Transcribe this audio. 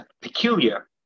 peculiar